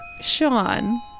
Sean